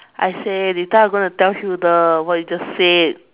I say later I'm going to tell you the what you just said